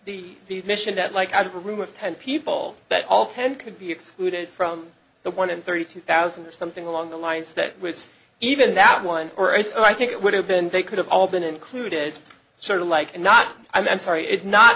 is the mission that like out of a room of ten people that all ten could be excluded from the one in thirty two thousand or something along the lines that was even that one or it's i think it would have been they could have all been included sort of like and not i'm sorry it's not